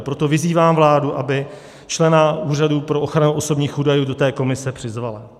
Proto vyzývám vládu, aby člena Úřadu pro ochranu osobních údajů do té komise přizvala.